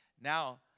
Now